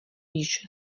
již